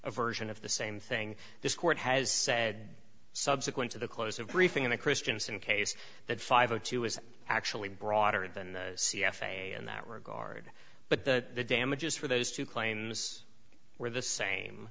a version of the same thing this court has said subsequent to the close of briefing in the christianson case that five o two is actually broader than the c f a in that regard but the damages for those two claims were the same